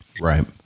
Right